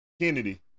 Kennedy